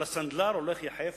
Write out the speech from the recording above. אבל הסנדלר הולך יחף.